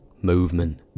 Movement